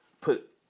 Put